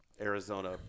Arizona